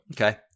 Okay